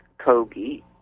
Kogi